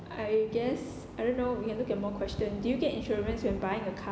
I guess I don't know we can look at more question do you get insurance when buying a car